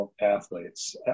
athletes